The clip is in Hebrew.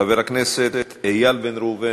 חבר הכנסת איל בן ראובן,